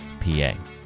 PA